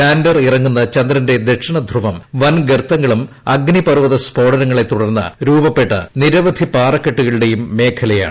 lander ഇറങ്ങുന്നു ചീന്ദ്രന്റെ ദക്ഷിണധ്രുവം വൻ ഗർത്തങ്ങളും അഗ്നിപർവത ്യസ്ഫോടനങ്ങളെ തുടർന്ന് രൂപപ്പെട്ട നിരവധി പാറക്കെട്ടുകളുടെയിട്ടു മേഖലയാണ്